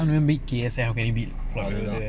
how can he beat T_S_L how can he beat valuations